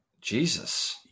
Jesus